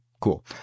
Cool